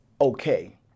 okay